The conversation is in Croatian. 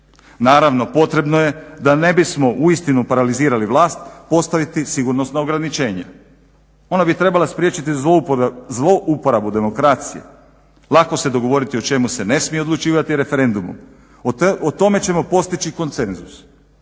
Naravno, potrebno je da ne bismo uistinu paralizirali vlast postaviti sigurnosna ograničenja. Ona bi trebala spriječiti zlouporabu demokracije. Lako se dogovoriti o čemu se ne smije odlučivati referendumom. O tome ćemo postići konsenzus.